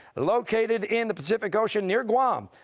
located in the pacific ocean near guam,